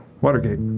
Watergate